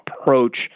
approach